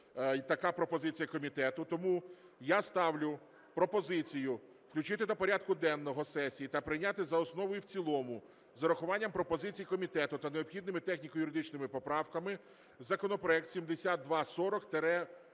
така пропозиція комітету. Тому я ставлю пропозицію включити до порядку денного сесії та прийняти за основу і в цілому з урахуванням пропозицій комітету та необхідними техніко-юридичними поправками законопроект 7240-1